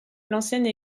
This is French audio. l’ancienne